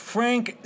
Frank